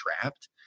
trapped